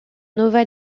nova